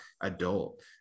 adult